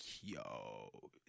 yo